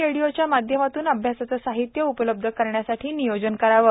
रेडिओच्या माध्यमातून अभ्यासाचे साहित्य उपलब्ध करण्यासाठी नियोजन करावे